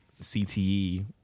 CTE